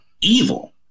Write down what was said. evil